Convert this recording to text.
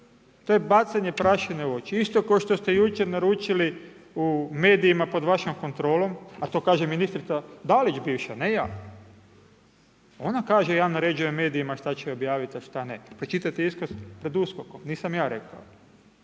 to je bacanje prašine u oči isto kao što se jučer naručili u medijima pod vašom kontrolom, a to kaže ministrica Dalić, bivša a ne ja, ona kaže ja naređuje medijima šta će objaviti a šta ne. Pročitajte iskaz pred USKOK-om, nisam ja rekao.